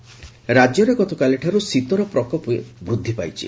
ଶୀତଲହରୀ ରାଜ୍ୟରେ ଗତକାଲିଠାରୁ ଶୀତର ପ୍ରକୋପ ବୃଦ୍ଧି ପାଇଛି